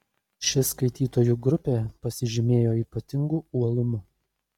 ši skaitytojų grupė pasižymėjo ypatingu uolumu